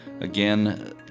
again